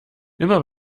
immer